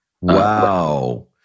Wow